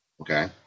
Okay